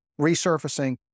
resurfacing